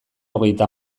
hogeita